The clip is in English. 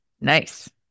Nice